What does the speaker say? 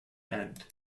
end